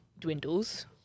dwindles